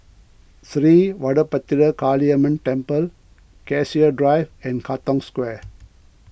Sri Vadapathira Kaliamman Temple Cassia Drive and Katong Square